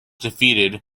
defeated